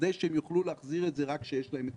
כדי שהם יוכלו להחזיר את זה רק כשיש להם את